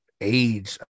age